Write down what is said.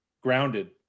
grounded